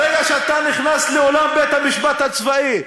ברגע שאתה נכנס לאולם בית-המשפט הצבאי,